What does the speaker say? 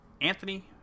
anthony